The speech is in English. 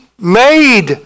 made